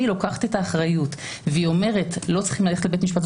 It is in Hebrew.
הוא לוקח את האחריות והוא אומר שלא צריך ללכת לבית המשפט,